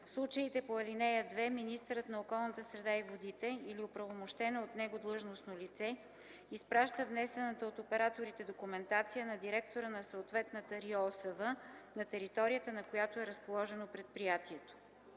В случаите по ал. 2 министърът на околната среда и водите или оправомощено от него длъжностно лице изпраща внесената от операторите документация на директора на съответната РИОСВ, на територията на която е разположено предприятието.